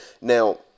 Now